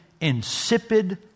insipid